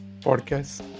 podcast